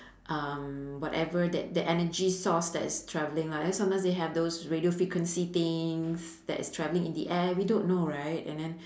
um whatever that that energy source that is travelling lah because sometimes they have those radio frequency things that is travelling in the air we don't know right and then